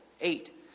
Eight